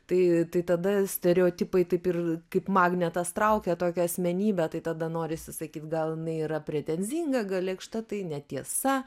tai tada stereotipai taip ir kaip magnetas traukia tokią asmenybę tai tada norisi sakyt gal jinai yra pretenzinga gal lėkšta tai netiesa